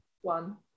one